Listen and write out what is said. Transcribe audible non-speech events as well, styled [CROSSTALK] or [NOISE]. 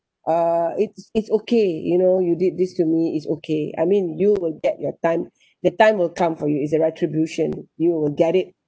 uh it's it's okay you know you did this to me it's okay I mean you will get your time [BREATH] the time will come for you it's a retribution you will get it